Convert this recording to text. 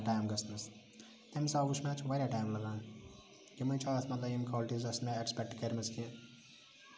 time گَژھنَس تمہِ حِساب وٕچھ مےٚ اتھ چھُ واریاہ ٹایم لَگان یِمَن چھ اتھ مَطلَب یِم کالٹیٖز آسہ نہٕ مےٚ ایٚکسپیٚکٹ کَرمَژٕ کینٛہہ